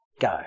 go